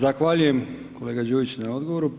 Zahvaljujem kolega Đujić na odgovoru.